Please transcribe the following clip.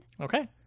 Okay